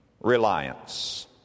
reliance